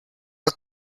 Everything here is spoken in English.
are